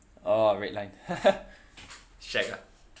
oh red line shag ah